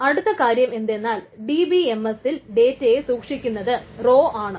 അടുത്ത കാര്യം എന്തെന്നാൽ DBMS ൽ ഡേറ്റയെ സൂക്ഷിക്കുന്നത് റോയിൽ ആണ്